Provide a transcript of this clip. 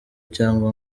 cyangwa